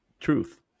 truth